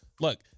look